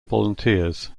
volunteers